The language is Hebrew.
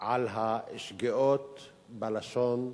על השגיאות בלשון,